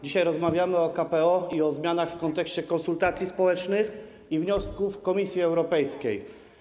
Dzisiaj rozmawiamy o KPO i o zmianach w kontekście konsultacji społecznych i wniosków Komisji Europejskiej.